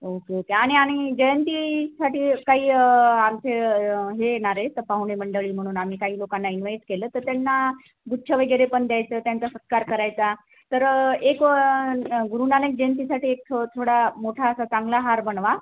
okay okay आणि आणि जयंतीसाठी काही आमचे हे येणारे आहेतं पाहुणे मंडळी म्हणून आम्ही काही लोकांना इन्वा्हाईट केलं तर त्यांना गुच्छ वैगेरे पण द्यायचं त्यांचा सत्कार करायचा तर एक गुरु नानक जयंतीसाठी एक थो थोडा मोठा असा चांगला हार बनवा